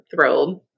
thrilled